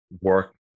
work